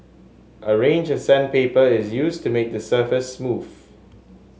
a range of sandpaper is used to make the surface smooth